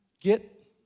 Get